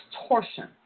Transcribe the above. distortion